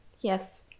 Yes